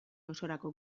osorako